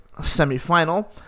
semifinal